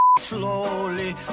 slowly